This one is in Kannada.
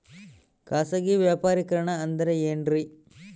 ಖಾಸಗಿ ವ್ಯಾಪಾರಿಕರಣ ಅಂದರೆ ಏನ್ರಿ?